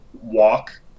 walk